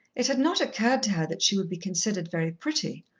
it had not occurred to her that she would be considered very pretty,